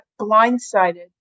blindsided